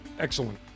Excellent